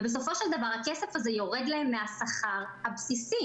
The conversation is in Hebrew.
בסופו של דבר הכסף הזה יורד להם מהשכר הבסיסי.